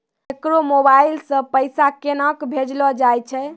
केकरो मोबाइल सऽ पैसा केनक भेजलो जाय छै?